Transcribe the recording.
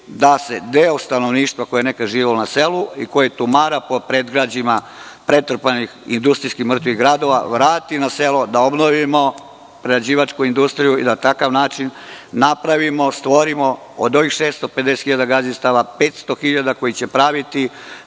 da se deo stanovništva, koje je nekad živelo na selu i koje tumara po predgrađima pretrpanih industrijski mrtvih gradova, vrati na selo, da obnovimo prerađivačku industriju i da na takav način napravimo, stvorimo od ovih 650 hiljada gazdinstava 500 hiljada koji će praviti